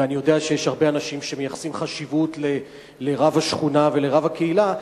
ואני יודע שיש הרבה אנשים שמייחסים חשיבות לרב השכונה ולרב הקהילה,